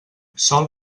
sol